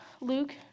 Luke